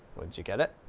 well, did you get it?